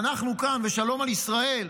אנחנו כאן ושלום על ישראל,